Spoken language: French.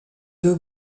deux